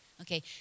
Okay